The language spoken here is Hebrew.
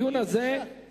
הדיון הזה נמשך,